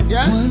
Yes